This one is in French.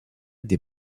des